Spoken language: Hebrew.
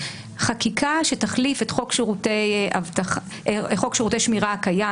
חקיקה שתחליף את חוק שירותי שמירה הקיים